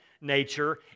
nature